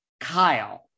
Kyle